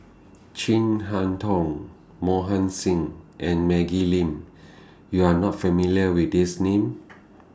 Chin Harn Tong Mohan Singh and Maggie Lim YOU Are not familiar with These Names